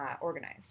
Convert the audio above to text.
organized